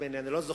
אני כבר לא זוכר,